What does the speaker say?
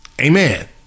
amen